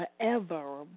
forever